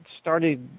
started